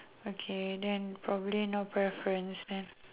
okay then probably no preference then